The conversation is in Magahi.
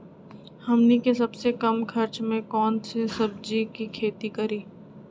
हमनी के सबसे कम खर्च में कौन से सब्जी के खेती करी?